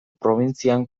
probintzian